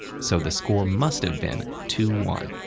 so the score must've been two one.